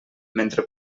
mentre